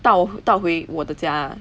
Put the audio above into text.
到回到回我的家